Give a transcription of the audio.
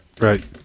right